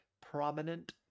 prominent